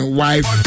wife